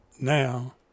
now